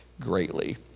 greatly